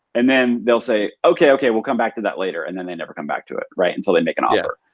and then they'll say, okay, okay. we'll come back to that later. and then they never come back to it until they make an offer.